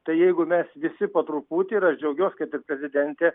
tai jeigu mes visi po truputį ir aš džiaugiuos kad ir prezidentė